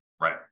Right